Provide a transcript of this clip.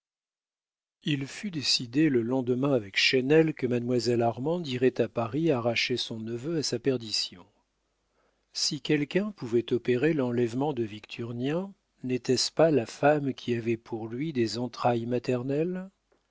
il fut décidé le lendemain avec chesnel que mademoiselle armande irait à paris arracher son neveu à sa perdition si quelqu'un pouvait opérer l'enlèvement de victurnien n'était-ce pas la femme qui avait pour lui des entrailles maternelles